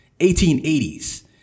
1880s